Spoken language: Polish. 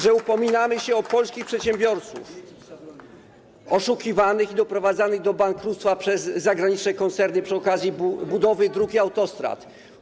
że upominamy się o polskich przedsiębiorców, oszukiwanych i doprowadzanych do bankructwa przez zagraniczne koncerny przy okazji budowy dróg i autostrad.